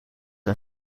een